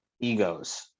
egos